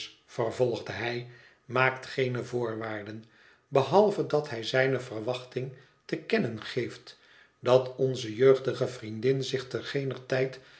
vervolgde hij maakt geene voorwaarden behalve dat hij zijne verwachting te kennen geeft dat onze jeugdige vriendin zich te geener tijd